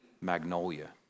magnolia